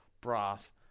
broth